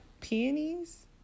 peonies